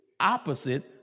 opposite